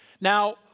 Now